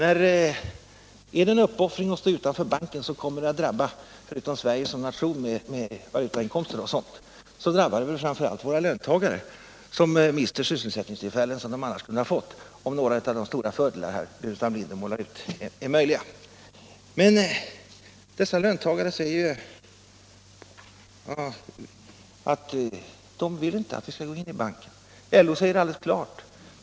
Är det en uppoffring att stå utanför banken, så kommer det att drabba — förutom Sverige som nation när det gäller valutainkomster osv. — framför allt våra löntagare, som mister sysselsättningstillfällen som de annars kunde ha fått, om nu de stora fördelar som herr Burenstam Linder målar ut är möjliga. Men dessa löntagare säger ju att de inte vill att vi skall gå in i banken. LO säger det alldeles klart.